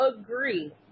agree